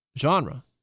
genre